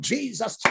Jesus